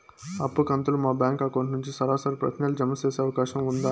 అప్పు కంతులు మా బ్యాంకు అకౌంట్ నుంచి సరాసరి ప్రతి నెల జామ సేసే అవకాశం ఉందా?